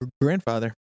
grandfather